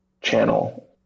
channel